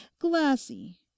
glassy